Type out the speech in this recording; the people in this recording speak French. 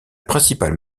principale